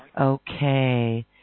Okay